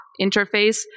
interface